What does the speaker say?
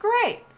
great